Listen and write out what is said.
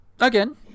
Again